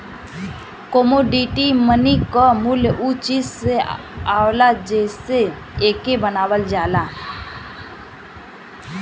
commodity money क मूल्य उ चीज से आवला जेसे एके बनावल जाला